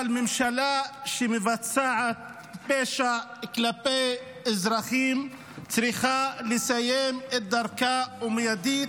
אבל ממשלה שמבצעת פשע כלפי אזרחים צריכה לסיים את דרכה מיידית.